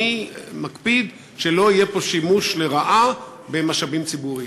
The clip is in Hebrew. מי מקפיד שלא יהיה פה שימוש לרעה במשאבים ציבוריים?